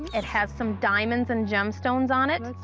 it has some diamonds and gemstones on it. that's